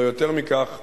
ולא יותר מכך,